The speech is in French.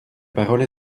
parole